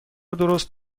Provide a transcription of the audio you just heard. درست